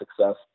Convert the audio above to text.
success